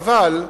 חבל,